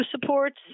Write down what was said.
supports